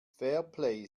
fairplay